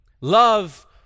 love